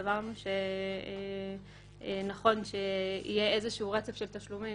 סברנו שנכון שיהיה איזשהו רצף של תשלומים,